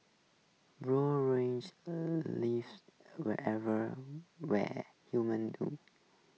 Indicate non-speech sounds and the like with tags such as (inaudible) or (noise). brown riching (hesitation) lives everywhere where humans do